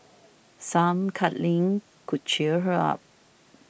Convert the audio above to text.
some cuddling could cheer her up